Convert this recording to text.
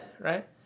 right